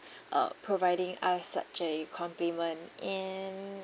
uh providing us such a compliment and